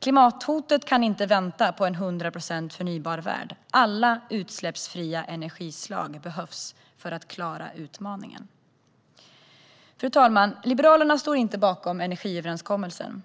Klimathotet kan inte vänta på en 100 procent förnybar värld. Alla utsläppsfria energislag behövs för att klara utmaningen. Fru talman! Liberalerna står inte bakom energiöverenskommelsen.